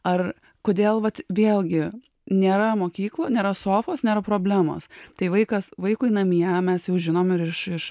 ar kodėl vat vėlgi nėra mokyklų nėra sofos nėra problemos tai vaikas vaikui namie mes jau žinom ir iš iš